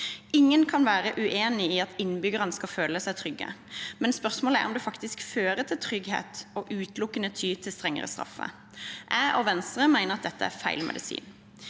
Ingen kan være uenig i at innbyggerne skal føle seg trygge, men spørsmålet er om det faktisk fører til trygghet å utelukkende ty til strengere straffer. Jeg og Venstre mener at dette er feil medisin.